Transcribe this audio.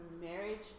marriage